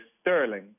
Sterling